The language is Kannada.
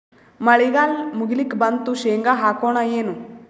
ಮಳಿಗಾಲ ಮುಗಿಲಿಕ್ ಬಂತು, ಶೇಂಗಾ ಹಾಕೋಣ ಏನು?